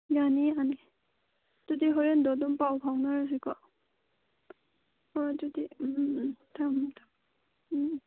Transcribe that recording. ꯌꯥꯅꯤ ꯌꯥꯅꯤ ꯑꯗꯨꯗꯤ ꯍꯣꯔꯦꯟꯗꯣ ꯑꯗꯨꯝ ꯄꯥꯎ ꯐꯥꯎꯅꯔꯁꯤꯀꯣ ꯍꯣ ꯑꯗꯨꯗꯤ ꯎꯝ ꯎꯝ ꯊꯝꯃꯦ ꯊꯝꯃꯦ ꯎꯝ ꯎꯝ